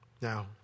Now